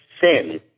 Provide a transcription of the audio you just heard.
sin